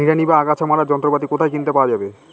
নিড়ানি বা আগাছা মারার যন্ত্রপাতি কোথায় কিনতে পাওয়া যাবে?